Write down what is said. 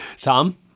Tom